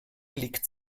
liegt